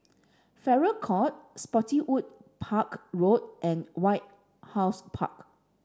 Farrer Court Spottiswoode Park Road and White House Park